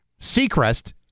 Seacrest